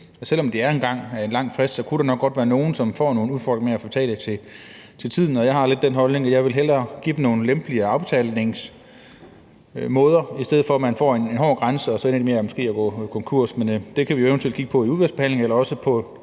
selv om det er en lang frist, så kunne der nok godt være nogle, som får nogle udfordringer med at betale til tiden. Jeg har lidt den holdning, at jeg hellere vil give dem nogle lempeligere afbetalingsmåder, i stedet for at de får en hård grænse og så måske ender med at gå konkurs. Men det kan vi eventuelt kigge på i udvalgsbehandlingen eller også på